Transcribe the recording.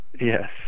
yes